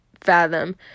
fathom